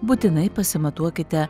būtinai pasimatuokite